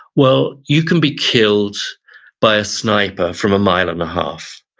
well, you can be killed by a sniper from a mile and a half.